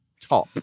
top